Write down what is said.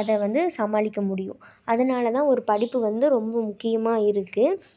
அதை வந்து சமாளிக்க முடியும் அதனால் தான் ஒரு படிப்பு வந்து ரொம்ப முக்கியமாக இருக்குது